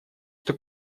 что